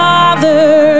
Father